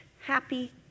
happy